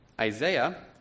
Isaiah